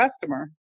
customer